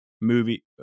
movie